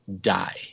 die